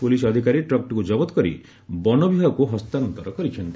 ପୋଲିସଅଧିକାରୀ ଟ୍ରକଟିକୁ ଜବତ କରି ବନ ବିଭାଗକୁ ହସ୍ତାନ୍ତର କରିଛନ୍ତି